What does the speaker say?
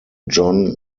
john